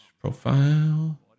Profile